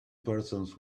persons